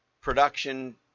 production